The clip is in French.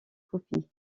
copies